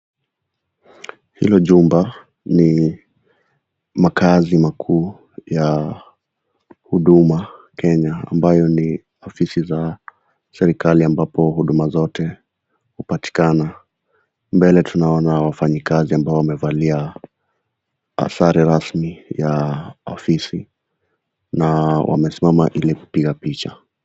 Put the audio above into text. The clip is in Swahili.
Hilo jumba ni makazi makuu ya Huduma Kenya ambayo ni afisi za serikali ambapo huduma zote hupatikana, mbele tunaona wafanyikazi ambao wamevalia sare rasmi ya afisi na wamesimama ili kupiga picha.